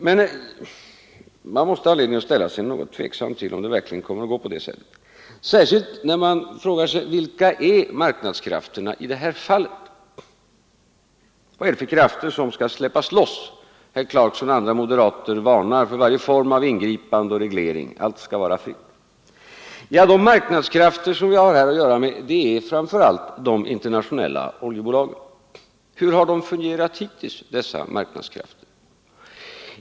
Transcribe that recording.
Men det finns anledning att ställa sig tveksam till huruvida det verkligen kommer att gå på det sättet, särskilt om man frågar sig vilka marknadskrafterna i det här fallet är. Vad är det för krafter som skall släppas loss? Herr Clarkson och andra moderater varnar för varje form av ingripande och reglering — allting skall vara fritt. De marknadskrafter vi här har att göra med är framför allt de stora internationella oljebolagen. Hur har dessa marknadskrafter hittills fungerat?